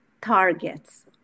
targets